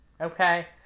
Okay